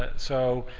but so